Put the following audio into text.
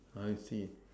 I see